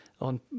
on